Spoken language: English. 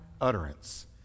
utterance